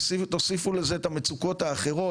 תוסיפו לזה את המצוקות האחרות,